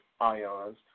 ions